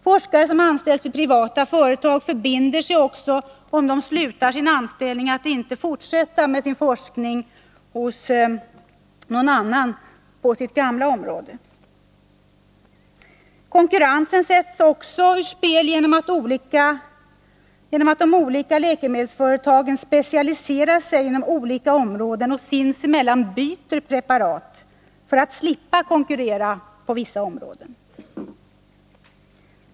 Forskare som anställs vid privata företag förbinder sig också att, om de slutar sin anställning, inte hos någon annan arbetsköpare fortsätta med forskning inom sitt gamla område. Konkurrensen sätts också ur spel genom att de olika läkemedelsföretagen specialiserar sig på olika områden och sinsemellan byter preparat för att slippa konkurrera inom vissa områden.